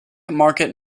market